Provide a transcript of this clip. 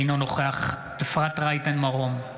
אינו נוכח אפרת רייטן מרום,